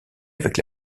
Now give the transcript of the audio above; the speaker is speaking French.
avec